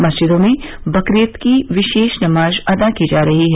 मस्जिदो में बकरीद की विशेष नमाज अदा की जा रही है